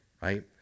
right